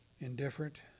indifferent